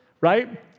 right